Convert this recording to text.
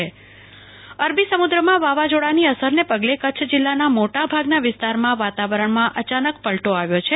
કુલ્પના શાહ વાવાઝોડાની અસર અરબી સમુદ્રમાં વાવાઝોડાની અસરને પગલે કચ્છ જિલ્લાના મોટાભાગના વિસ્તારમાં વાતાવરણમાં અચાનક પલ્ટો આવ્યો છે